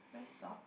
very soft